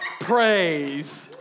praise